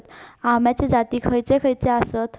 अम्याचे जाती खयचे खयचे आसत?